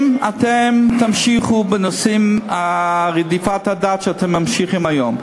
אם אתם תמשיכו בנושאי רדיפת הדת שאתם עושים היום,